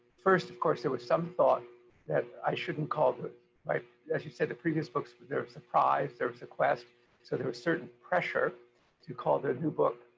first, of course, there was some thought that i shouldn't call, but like as you said, the previous books, but there was the prize, there was the quest so there was certain pressure to call the new book,